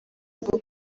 rwo